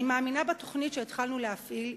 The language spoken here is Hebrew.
אני מאמינה בתוכנית שהתחלנו להפעיל.